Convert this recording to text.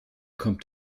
kommt